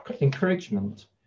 encouragement